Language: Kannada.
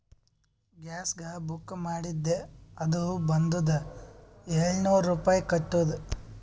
ಗ್ಯಾಸ್ಗ ಬುಕ್ ಮಾಡಿದ್ದೆ ಅದು ಬಂದುದ ಏಳ್ನೂರ್ ರುಪಾಯಿ ಕಟ್ಟುದ್